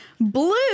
blue